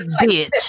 bitch